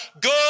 good